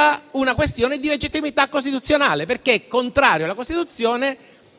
a una questione di legittimità costituzionale: perché è contrario alla Costituzione,